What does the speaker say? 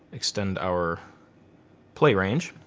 extend our play range.